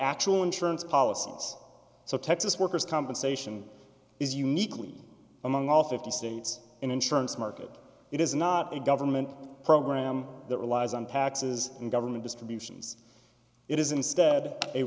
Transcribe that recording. actual insurance policies so texas workers compensation is uniquely among all fifty states in insurance market it is not a government program that relies on taxes and government distributions it is instead